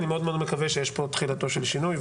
אני מאוד מקווה שיש פה תחילתו של שינוי.